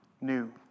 new